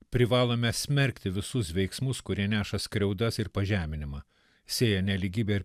privalome smerkti visus veiksmus kurie neša skriaudas ir pažeminimą sėja nelygybę ir